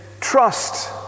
trust